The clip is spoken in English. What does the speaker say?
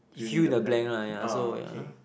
fill in the blank lah yeah so yeah